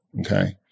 Okay